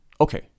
Okay